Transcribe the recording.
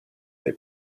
dai